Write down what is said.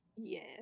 Yes